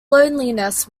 loneliness